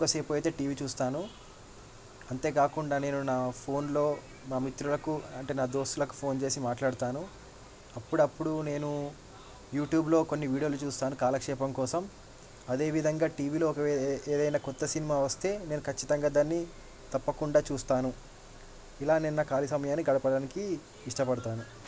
ఎక్కువ సేపు అయితే టీవీ చూస్తాను అంతే కాకుండా నేను నా ఫోన్లో నా మిత్రులకు అంటే నా దోస్తులకు ఫోన్ చేసి మాట్లాడతాను అప్పుడప్పుడు నేను యూట్యూబ్లో కొన్ని వీడియోలు చూస్తాను కాలక్షేపం కోసం అదే విధంగా టీవీలో ఒక ఏదైనా కొత్త సినిమా వస్తే నేను ఖచ్చితంగా దాన్ని తప్పకుండా చూస్తాను ఇలా నేను నా ఖాళీ సమయాన్ని గడపడానికి ఇష్టపడుతాను